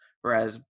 whereas